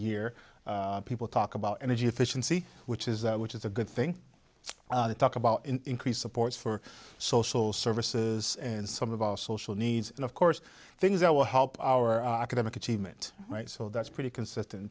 year people talk about energy efficiency which is which is a good thing talk about increased support for social services and some of our social needs and of course things that will help our academic achievement right so that's pretty consistent